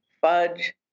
fudge